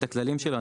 הכללים שלנו.